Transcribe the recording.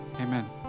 Amen